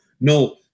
No